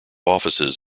offices